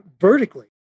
vertically